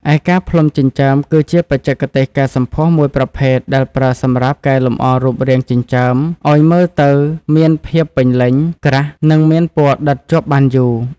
ឯ ការផ្លុំចិញ្ចើម គឺជាបច្ចេកទេសកែសម្ផស្សមួយប្រភេទដែលប្រើសម្រាប់កែលម្អរូបរាងចិញ្ចើមឲ្យមើលទៅមានភាពពេញលេញ ក្រាស់ និងមានពណ៌ដិតជាប់បានយូរ។